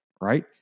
right